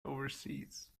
overseas